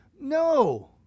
No